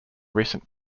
recent